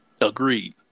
Agreed